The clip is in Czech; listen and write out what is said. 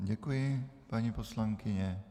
Děkuji vám, paní poslankyně.